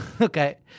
Okay